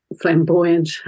flamboyant